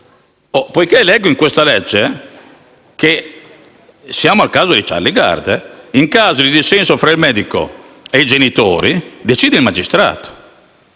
Leggo in questa legge - e siamo al caso di Charlie Gard - che, in caso di dissenso tra il medico e i genitori, decide il magistrato